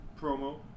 promo